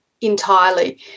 Entirely